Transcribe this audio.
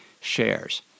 shares